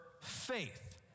faith